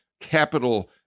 Capital